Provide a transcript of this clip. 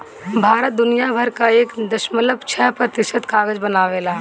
भारत दुनिया भर कअ एक दशमलव छह प्रतिशत कागज बनावेला